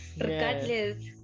Regardless